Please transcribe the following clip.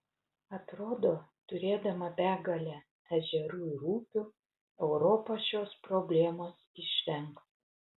atrodo turėdama begalę ežerų ir upių europa šios problemos išvengs